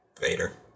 Vader